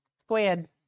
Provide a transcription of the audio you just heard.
Squid